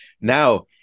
now